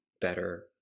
better